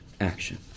action